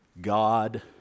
God